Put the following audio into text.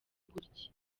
gutya